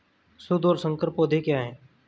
शुद्ध और संकर पौधे क्या हैं?